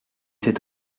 cet